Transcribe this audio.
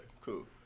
cool